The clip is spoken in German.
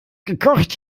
gekocht